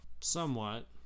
somewhat